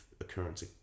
occurrence